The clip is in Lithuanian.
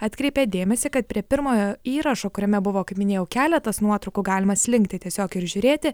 atkreipė dėmesį kad prie pirmojo įrašo kuriame buvo kaip minėjau keletas nuotraukų galima slinkti tiesiog ir žiūrėti